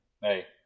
hey